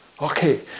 Okay